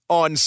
on